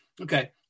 Okay